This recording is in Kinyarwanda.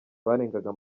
barenga